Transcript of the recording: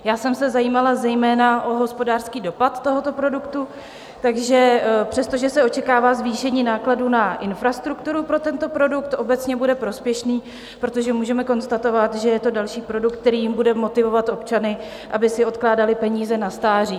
Já jsem se zajímala zejména o hospodářský dopad tohoto produktu, takže přestože se očekává zvýšení nákladů na infrastrukturu pro tento produkt, obecně bude prospěšný, protože můžeme konstatovat, že je to další produkt, kterým budeme motivovat občany, aby si odkládali peníze na stáří.